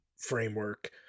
framework